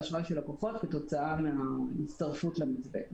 אשראי של לקוחות כתוצאה מהצטרפות למתווה.